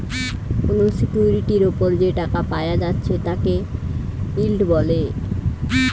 কোনো সিকিউরিটির উপর যে টাকা পায়া যাচ্ছে তাকে ইল্ড বলে